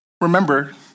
remember